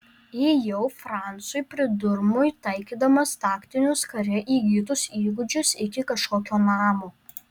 ėjau francui pridurmui taikydamas taktinius kare įgytus įgūdžius iki kažkokio namo